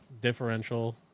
differential